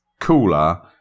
cooler